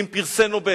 עם פרסי נובל.